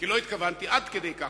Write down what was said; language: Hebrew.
כי לא התכוונתי עד כדי כך,